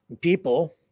People